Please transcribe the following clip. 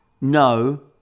no